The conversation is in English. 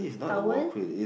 towel